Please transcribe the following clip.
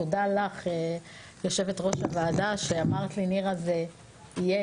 תודה לך יושבת ראש הוועדה שאמרת לי שזה יהיה